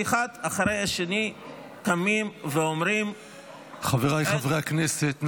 שאחד אחרי השני קמים -- חבריי חברי הכנסת,